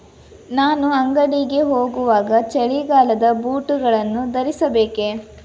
ನಾನು ಅಂಗಡಿಗೆ ಹೋಗುವಾಗ ಚಳಿಗಾಲದ ಬೂಟುಗಳನ್ನು ಧರಿಸಬೇಕೇ